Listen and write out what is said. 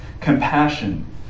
compassion